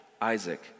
Isaac